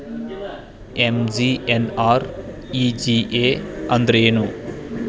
MGNREGA ಅಂದ್ರೆ ಏನು?